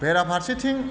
बेरा फारसेथिं